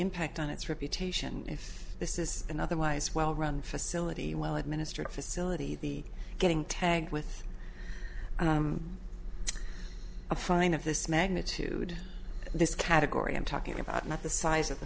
impact on its reputation if this is an otherwise well run facility well administered facility the getting tagged with a fine of this magnitude this category i'm talking about not the size of the